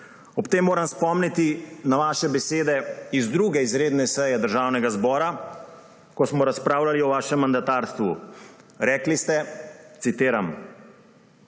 ob tem moram spomniti na vaše besede z 2. izredne seje Državnega zbora, ko smo razpravljali o vašem mandatarstvu. Rekli ste, citiram: